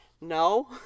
No